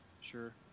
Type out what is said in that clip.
Sure